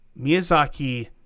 Miyazaki